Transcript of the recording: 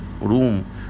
room